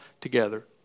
together